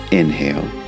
inhale